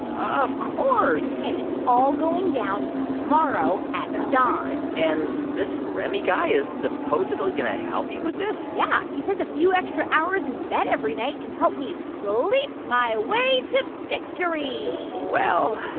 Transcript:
of course and it's all going down tomorrow at dawn and this remi guy is supposedly going to help you with this? yeah, he says a few extra hours in bed every night can help me sleep my way to victory well,